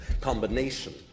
combination